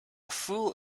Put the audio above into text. fool